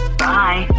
bye